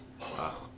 Wow